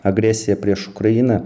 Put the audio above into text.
agresija prieš ukrainą